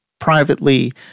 Privately